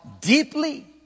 deeply